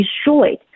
destroyed